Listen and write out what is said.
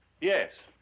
Yes